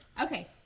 Okay